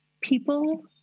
people